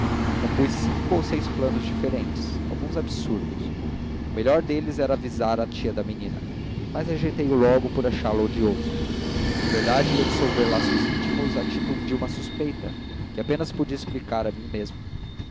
compus cinco ou seis planos diferentes alguns absurdos o melhor deles era avisar a tia da menina mas rejeitei o logo por achá-lo odioso em verdade ia dissolver laços íntimos a título de uma suspeita que apenas podia explicar a mim mesmo